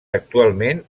actualment